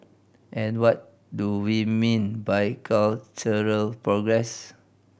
and what do we mean by cultural progress